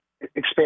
expand